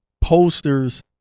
posters